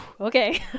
okay